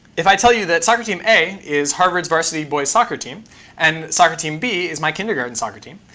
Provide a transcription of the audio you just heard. if i tell you that soccer team a is harvard's varsity boys soccer team and soccer team b is my kindergarten soccer team,